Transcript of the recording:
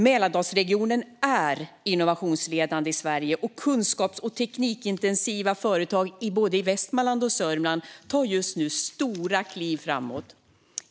Mälardalsregionen är innovationsledande i Sverige, och kunskaps och teknikintensiva företag i både Västmanland och Sörmland tar just nu stora kliv framåt.